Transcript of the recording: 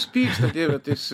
jis pyksta dieve